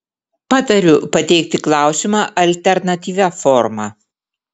patariu pateikti klausimą alternatyvia forma